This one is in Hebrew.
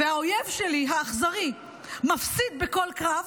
והאויב שלי, האכזרי, מפסיד בכל קרב